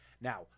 Now